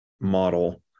model